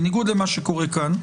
בניגוד למה שקורה כאן,